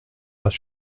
als